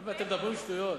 אמר: אתם מדברים שטויות.